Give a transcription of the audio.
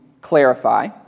clarify